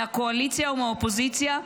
מהקואליציה ומהאופוזיציה,